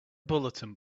bulletin